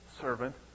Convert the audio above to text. servant